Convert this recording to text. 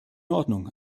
ordnung